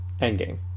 Endgame